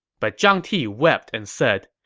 but zhang ti wept and said,